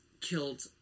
killed